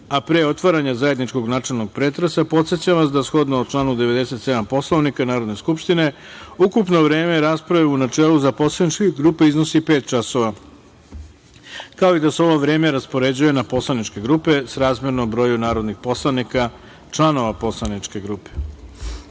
a pre otvaranja zajedničkog načelnog pretresa, podsećam vas da, shodno članu 97. Poslovnika Narodne skupštine, ukupno vreme rasprave u načelu za poslaničke grupe iznosi pet časova, kao i da se ovo vreme raspoređuje na poslaničke grupe srazmerno broju narodnih poslanika članova poslaničke